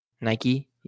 Nike